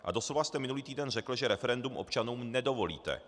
A doslova jste minulý týden řekl, že referendum občanům nedovolíte.